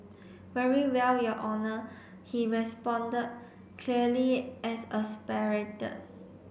very well your Honour he responded clearly